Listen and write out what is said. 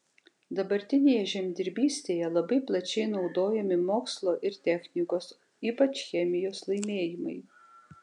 dabartinėje žemdirbystėje labai plačiai naudojami mokslo ir technikos ypač chemijos laimėjimai